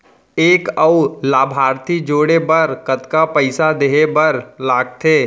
एक अऊ लाभार्थी जोड़े बर कतका पइसा देहे बर लागथे?